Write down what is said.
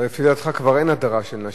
לפי דעתך כבר אין הדרה של נשים,